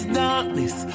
darkness